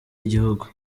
igihugu